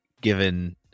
Given